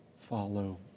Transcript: follow